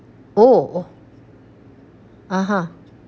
oh (uh huh)